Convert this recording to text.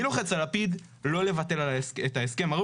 מי לוחץ על לפיד לא לבטל את ההסכם?